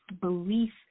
belief